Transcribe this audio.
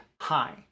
high